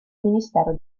ministero